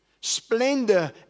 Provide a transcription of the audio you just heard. splendor